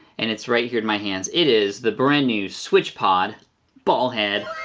and it's right here in my hands. it is the brand new switchpod ball head.